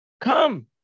Come